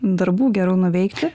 darbų geriau nuveikti